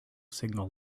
signal